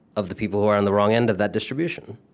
of the people who are on the wrong end of that distribution.